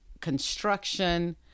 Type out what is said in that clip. construction